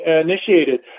initiated